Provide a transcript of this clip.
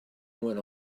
when